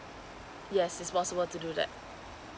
yes it's possible to do that